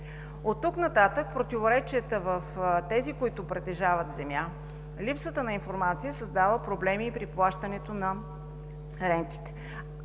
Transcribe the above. Оттук нататък противоречията в тези, които притежават земя, липсата на информация създава проблеми и при плащането на рентите.